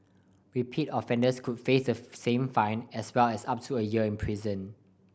repeat offenders could face the same fine as well as up to a year in prison